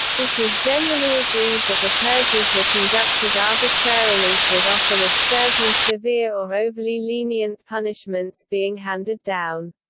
it is generally agreed that the purges were conducted arbitrarily, with often absurdly severe or overly lenient punishments being handed down.